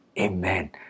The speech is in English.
Amen